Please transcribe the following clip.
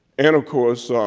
and of course,